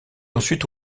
ensuite